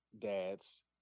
dads